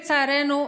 לצערנו,